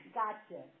gotcha